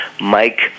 Mike